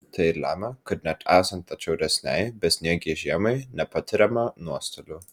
tai ir lemia kad net esant atšiauresnei besniegei žiemai nepatiriama nuostolių